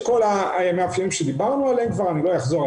כל המאפיינים שדיברנו עליהם כבר ולא אחזור,